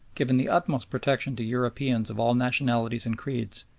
given the utmost protection to europeans of all nationalities and creeds,